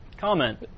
comment